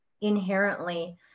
inherently